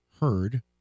heard